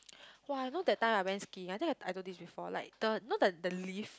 !wah! you know that time I went skiing I think I I told you this before like the you know the the lift